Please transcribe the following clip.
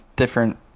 different